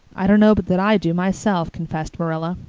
i don't know but that i do, myself, confessed marilla,